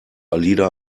alida